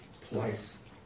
place